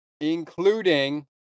including